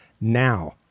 now